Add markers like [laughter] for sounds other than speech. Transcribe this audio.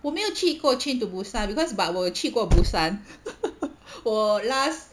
我没有去过 train to busan because but 我有去过 busan [laughs] 我 last